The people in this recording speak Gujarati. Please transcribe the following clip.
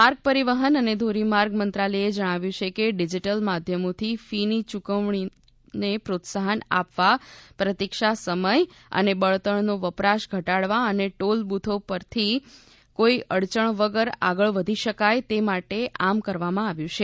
માર્ગ પરીવહન અને ધોરીમાર્ગ મંત્રાલયે જણાવ્યું છે કે ડીજીટલ માધ્યમોથી ફીની યુકવણાને પ્રોત્સાહન આપવા પ્રતિક્ષા સમય અને બળતણનો વપરાશ ઘટાડવા અને ટોલ બુથો પરથી કોઇ અડયણ વગર આગળ વધી શકાય તે માટે આમ કરવામાં આવ્યું છે